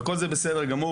וכל זה בסדר גמור.